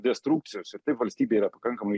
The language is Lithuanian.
destrukcijos ir taip valstybėj yra pakankamai